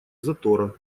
затора